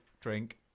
drink